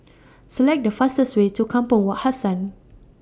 Select The fastest Way to Kampong Wak Hassan